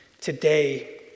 Today